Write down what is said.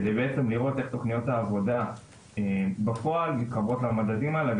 כדי בעצם לראות איך תוכניות העבודה בפועל מתחברות למדדים האלה,